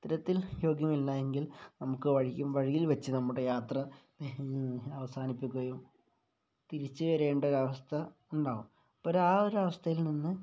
ഇത്തരത്തിൽ യോഗ്യമില്ലെങ്കിൽ നമുക്ക് വഴിക്കും വഴിയിൽ വെച്ച് നമ്മുടെ യാത്ര അവസാനിപ്പിക്കുകയും തിരിച്ച് വരേണ്ട ഒരു അവസ്ഥ ഉണ്ടാകും അപ്പം ആ ഒരു ഒരു അവസ്ഥയിൽ നിന്ന്